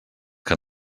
que